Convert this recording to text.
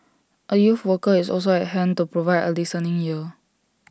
A youth worker is also at hand to provide A listening ear